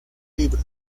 libros